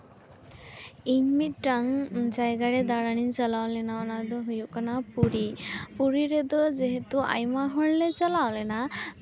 ᱤᱧ ᱢᱤᱫᱴᱟᱝ ᱡᱟᱭᱜᱟᱨᱮ ᱫᱟᱬᱟᱱᱤᱧ ᱪᱟᱞᱟᱣ ᱞᱮᱱᱟ ᱚᱱᱟ ᱫᱚ ᱦᱩᱭᱩᱜ ᱠᱟᱱᱟ ᱯᱩᱨᱤ ᱯᱩᱨᱤ ᱨᱮᱫᱚ ᱡᱮᱦᱮᱛᱩ ᱟᱭᱢᱟ ᱦᱚᱲᱞᱮ ᱪᱟᱞᱟᱣ ᱞᱮᱱᱟ